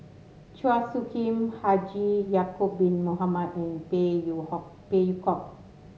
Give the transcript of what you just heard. Chua Soo Khim Haji Ya'acob Bin Mohamed and Phey Yew Hok Phey Yew Kok